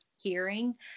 hearing